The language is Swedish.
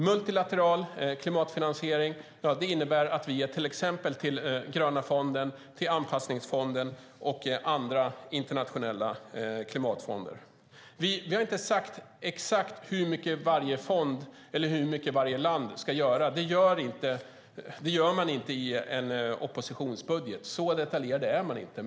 Multilateral klimatfinansiering innebär att vi ger till exempel till den gröna fonden, till Anpassningsfonden och till andra internationella klimatfonder. Vi har inte sagt exakt hur mycket varje land ska göra. Det gör man inte i en oppositionsbudget; så detaljerad är man inte.